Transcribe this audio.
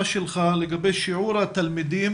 שנים.